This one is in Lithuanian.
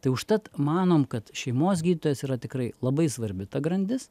tai užtat manom kad šeimos gydytojas yra tikrai labai svarbi ta grandis